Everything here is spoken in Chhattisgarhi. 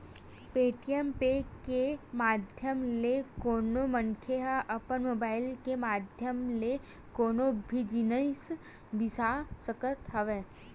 पेटीएम ऐप के माधियम ले कोनो मनखे ह अपन मुबाइल के माधियम ले कोनो भी जिनिस बिसा सकत हवय